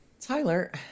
Tyler